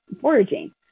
foraging